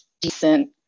decent